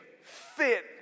fit